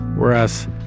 Whereas